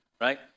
right